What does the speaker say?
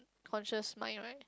conscious mind right